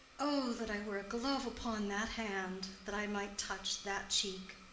o that i were a glove upon that hand, that i might touch that cheek!